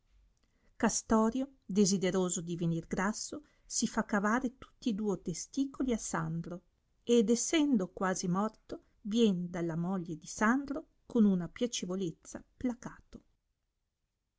castorio desideroso di venir grasso si fa cavare tutti duo i testicoli a sandro ed essendo quasi morto vien dalla moglie di sandro con una piacevolezza placato